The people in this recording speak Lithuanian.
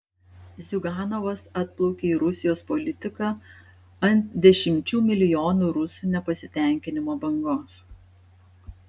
ziuganovas atplaukė į rusijos politiką ant dešimčių milijonų rusų nepasitenkinimo bangos